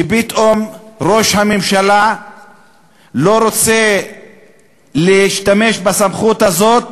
שפתאום ראש הממשלה לא רוצה להשתמש בסמכות הזאת